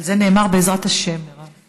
על זה נאמר: בעזרת השם, מרב.